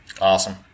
Awesome